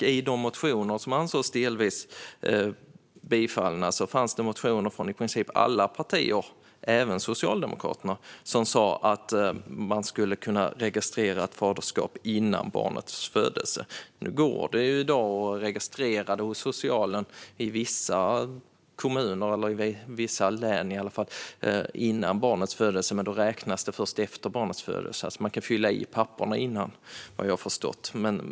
Bland de motioner som ansågs delvis bifallna fanns det motioner från i princip alla partier, även Socialdemokraterna, om att faderskap ska kunna registreras före barnets födelse. I dag går det att registrera faderskapet hos socialen i vissa kommuner, eller i alla fall i vissa län, före barnets födelse - men det räknas först från barnets födelse. Man kan alltså fylla i papperen innan, har jag förstått.